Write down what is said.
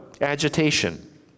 agitation